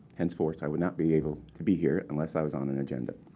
henceforth, i would not be able to be here unless i was on an agenda.